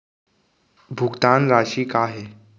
भुगतान राशि का हे?